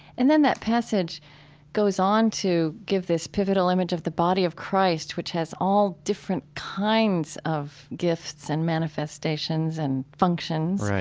and then that passage goes on to give this pivotal image of the body of christ, which has all different kinds of gifts and manifestations and functions.